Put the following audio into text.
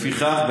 לפיכך,